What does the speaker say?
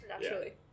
naturally